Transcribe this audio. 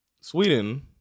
Sweden